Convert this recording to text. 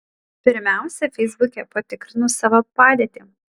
pirmiausia feisbuke patikrinu savo padėtį